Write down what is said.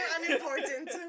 unimportant